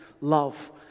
love